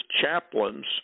chaplains